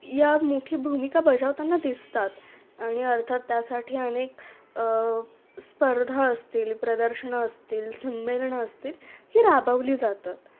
या मोठी भूमिका बजावताना दिसतात आणि अर्थात त्यासाठी अनेक स्पर्धा असतील प्रदर्शनं असतील संमेलनं असतील ही राबवली जातात